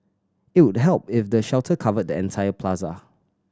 it would help if the shelter covered the entire plaza